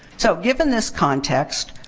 so, given this context,